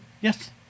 Yes